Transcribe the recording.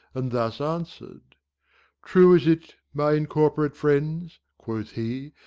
and thus answer'd true is it, my incorporate friends quoth he,